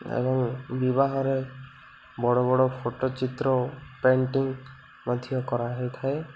ଏବଂ ବିବାହରେ ବଡ଼ ବଡ଼ ଫଟୋଚିତ୍ର ପେଣ୍ଟିଂ ମଧ୍ୟ କରାହେଇଥାଏ